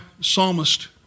psalmist